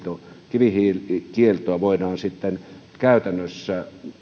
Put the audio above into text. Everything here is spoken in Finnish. kivihiilikieltoa voidaan sitten käytännössä